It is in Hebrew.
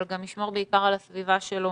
אבל ישמור בעיקר על הסביבה שלו